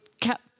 kept